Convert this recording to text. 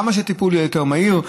כמה שהטיפול יהיה יותר מהיר,